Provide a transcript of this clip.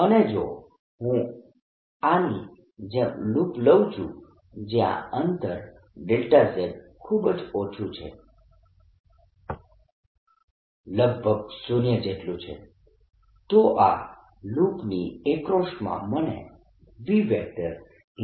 અને જો હું આની જેમ લૂપ લઉં છું જ્યાં આ અંતર z ખૂબ જ ઓછું છે લગભગ શૂન્ય જેટલું છે તો આ લૂપની એક્રોસમાં મને B